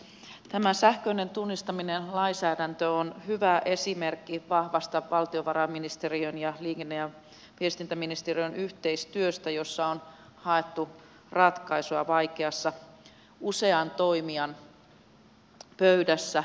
tämä sähköisen tunnistamisen lainsäädäntö on hyvä esimerkki vahvasta valtiovarainministeriön ja liikenne ja viestintäministeriön yhteistyöstä jossa on haettu ratkaisua vaikeassa usean toimijan pöydässä